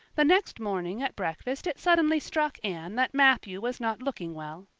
the next morning at breakfast it suddenly struck anne that matthew was not looking well.